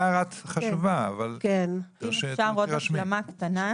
אם אפשר עוד השלמה קטנה.